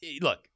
look